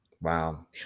Wow